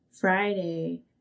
Friday